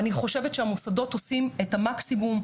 אני חושבת שהמוסדות עושים את המקסימום,